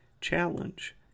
Challenge